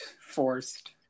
forced